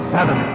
Seven